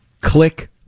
Click-